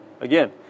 Again